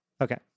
Okay